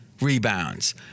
rebounds